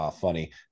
funny